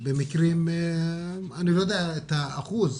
אני לא יודע את האחוז,